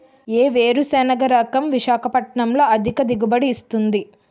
ఏ వేరుసెనగ రకం విశాఖపట్నం లో అధిక దిగుబడి ఇస్తుంది?